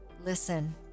Listen